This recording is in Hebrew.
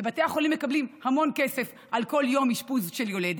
ובתי החולים מקבלים המון כסף על כל יום אשפוז של יולדת.